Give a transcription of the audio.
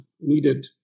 needed